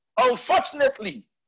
unfortunately